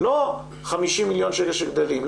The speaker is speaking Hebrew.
לא 50 מיליון שקל שגדלים.